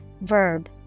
verb